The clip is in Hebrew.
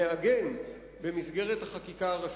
נעגן במסגרת חקיקה ראשית.